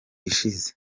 ishize